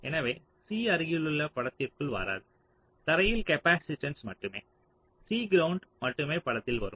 எனவே C அருகிலுள்ள படத்திற்குள் வராது தரையில் காப்பாசிட்டன்ஸ் மட்டுமே C கிரவுண்ட் மட்டுமே படத்தில் வரும்